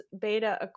beta